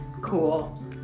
cool